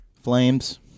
Flames